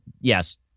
Yes